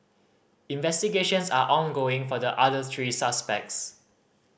investigations are ongoing for the others three suspects